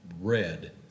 red